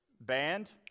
Band